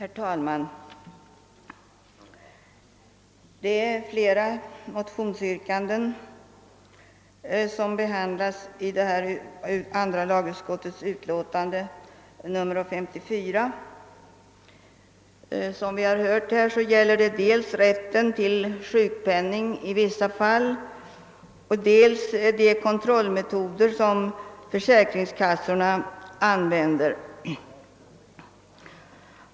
Herr talman! Det är flera motionsyrkanden som behandlas i förevarande utlåtande från andra lagutskottet. Som föregående talare framhållit gäller det dels rätten till sjukpenning i vissa fall, dels de kontrollmetoder som försäkringskassorna använder.